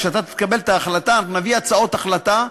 כשאתה תקבל את ההחלטה ונביא הצעות החלטה,